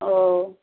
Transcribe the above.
ও